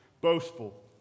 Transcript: boastful